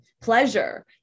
pleasure